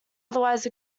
otherwise